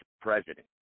president